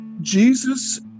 Jesus